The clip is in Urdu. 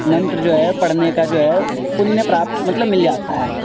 منتر جو ہے پڑھنے کا جو ہے پنیہ پراپت مطلب مل جاتا ہے